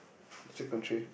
sick country